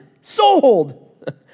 sold